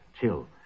chill